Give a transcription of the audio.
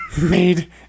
Made